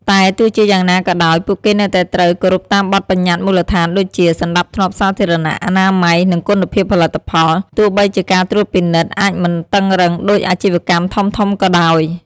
តែទោះជាយ៉ាងណាក៏ដោយ ពួកគេនៅតែត្រូវគោរពតាមបទប្បញ្ញត្តិមូលដ្ឋានដូចជា សណ្តាប់ធ្នាប់សាធារណៈ អនាម័យ និងគុណភាពផលិតផល ទោះបីជាការត្រួតពិនិត្យអាចមិនតឹងរ៉ឹងដូចអាជីវកម្មធំៗក៏ដោយ។